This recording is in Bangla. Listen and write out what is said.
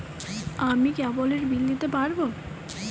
আমি কেবলের বিল দিতে পারবো?